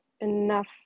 enough